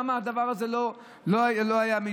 למה הדבר הזה לא יושם.